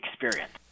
experience